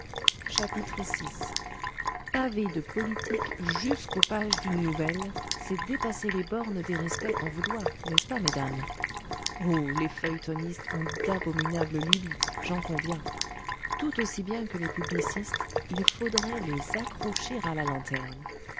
vi paver de politique jusqu'aux pages d'une nouvelle c'est dépasser les bornes des respect qu'on vous doit n'est-ce pas mesdames oh les feuilletonistes ont d'abominables lubies j'en conviens tout aussi bien que les publicistes il faudrait les accrocher à la lanterne